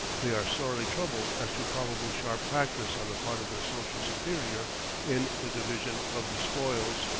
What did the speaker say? they are sorely troubled as to probable sharp practice on the part of their social superior in the division of the spoils.